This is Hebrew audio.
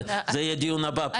זה יהיה הדיון הבא פה.